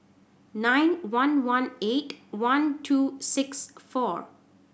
nine one one eight one two six four